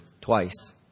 twice